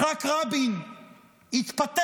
יצחק רבין התפטר,